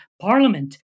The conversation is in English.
Parliament